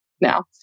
now